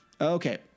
Okay